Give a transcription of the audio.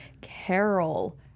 Carol